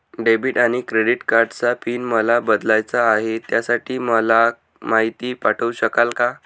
Debit आणि credit कार्डचा PIN मला बदलायचा आहे, त्यासाठी मला माहिती पाठवू शकाल का?